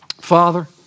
Father